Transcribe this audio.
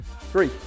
Three